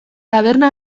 taberna